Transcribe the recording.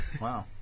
Wow